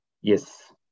Yes